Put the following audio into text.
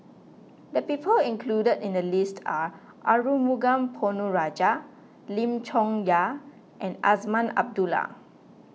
the people included in the list are Arumugam Ponnu Rajah Lim Chong Yah and Azman Abdullah